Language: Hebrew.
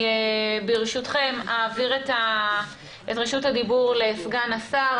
ברשותכם, אעביר את רשות הדיבור לסגן השר.